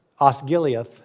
Osgiliath